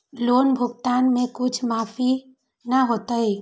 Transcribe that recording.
Loan भुगतान में कुछ माफी न होतई?